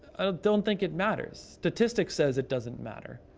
i don't don't think it matters. statistics says it doesn't matter.